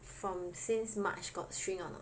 from since March got shrink or not